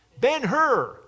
Ben-Hur